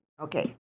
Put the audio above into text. Okay